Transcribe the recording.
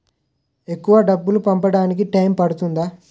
ఎక్కువ డబ్బు పంపడానికి టైం పడుతుందా?